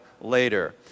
later